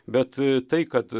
bet tai kad